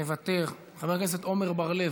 מוותר, חבר הכנסת עמר בר-לב,